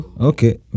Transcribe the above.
okay